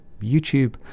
YouTube